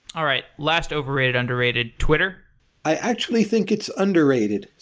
all right. last overrated-underrated. twitter i actually think it's underrated.